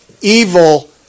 evil